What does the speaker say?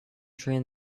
train